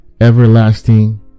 everlasting